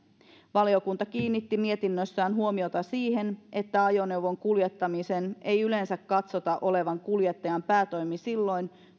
valiokunta kiinnitti mietinnössään huomiota siihen että ajoneuvon kuljettamisen ei yleensä katsota olevan kuljettajan päätoimi silloin